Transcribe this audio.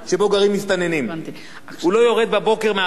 הוא לא יורד בבוקר מהבית ורואה את הבעיה.